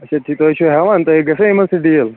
اچھا تُہۍ چھِوٕ ہٮ۪وان تۄہہِ گژھوٕ یِمن سۭتۍ ڈیٖل